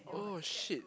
oh shit